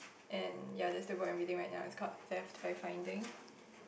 and ya that is the book I am reading right now it is called death by finding